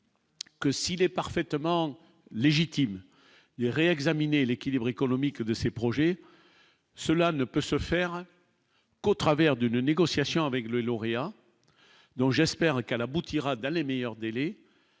Que s'il est parfaitement légitime hier et examiner l'équilibre économique de ces projets, cela ne peut se faire qu'au travers de négociations avec le lauréat, donc j'espère qu'à l'aboutira dans les meilleurs délais,